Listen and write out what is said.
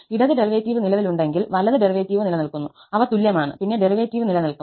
ഇടത് ഡെറിവേറ്റീവ് നിലവിലുണ്ടെങ്കിൽ വലത് ഡെറിവേറ്റീവ് നിലനിൽക്കുന്നു അവ തുല്യമാണ് പിന്നെ ഡെറിവേറ്റീവ് നിലനിൽക്കും